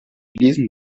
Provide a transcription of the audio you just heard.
lesen